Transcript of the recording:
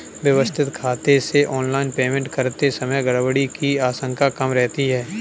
व्यवस्थित खाते से ऑनलाइन पेमेंट करते समय गड़बड़ी की आशंका कम रहती है